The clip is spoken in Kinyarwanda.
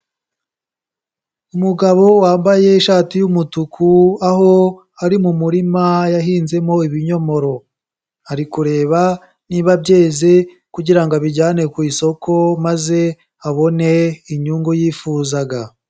Umugabo wambaye ishati y'umutuku, aho ari mu murima yahinzemo ibinyomoro, ari kureba niba byeze kugira ngo abijyane ku isoko maze abone inyungu yifuzaga.